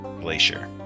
glacier